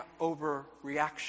overreaction